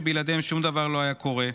שבלעדיהם שום דבר לא היה קורה,